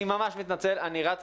אני ממש מתנצל, אני רץ.